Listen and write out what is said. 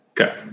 Okay